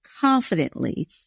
confidently